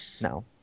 No